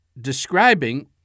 describing